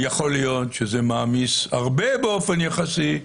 יכול להיות שזה מעמיס הרבה באופן יחסי,